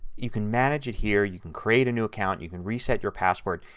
you can manage it here. you can create a new account. you can reset your password.